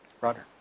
Roger